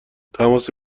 تماس